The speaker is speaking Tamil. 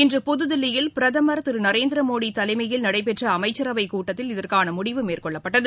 இன்று புதுதில்லியில் பிரதமர் திரு நரேந்திரமோடி தலைமையில் நடைபெற்ற அமைச்சரவைக் கூட்டத்தில் இதற்கான முடிவு மேற்கொள்ளப்பட்டது